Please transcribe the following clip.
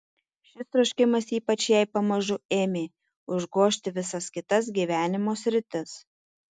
šis troškimas ypač jai pamažu ėmė užgožti visas kitas gyvenimo sritis